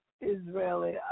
Israeli